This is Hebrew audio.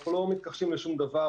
אנחנו לא מתכחשים לשום דבר,